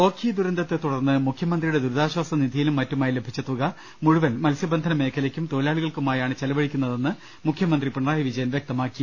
ഓഖി ദുരന്തത്തെ തുടർന്ന് മുഖ്യമന്ത്രിയുടെ ദുരിതാശ്വാസനിധിയിലും മറ്റുമായി ലഭിച്ച തുക മുഴുവൻ മത്സ്യബന്ധന മേഖലയ്ക്കും തൊഴിലാളികൾക്കു മായാണ് ചെലവഴിക്കുന്നതെന്ന് മുഖ്യമന്ത്രി പിണറായി വിജയൻ പറഞ്ഞു